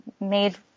made